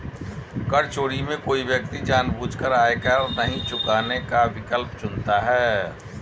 कर चोरी में कोई व्यक्ति जानबूझकर आयकर नहीं चुकाने का विकल्प चुनता है